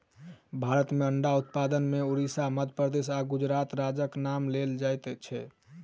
भारत मे अंडा उत्पादन मे उड़िसा, मध्य प्रदेश आ गुजरात राज्यक नाम लेल जाइत छै